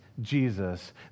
Jesus